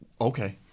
Okay